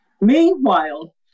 Meanwhile